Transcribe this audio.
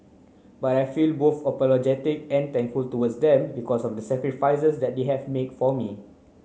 but I feel both apologetic and thankful towards them because of the sacrifices that they have make for me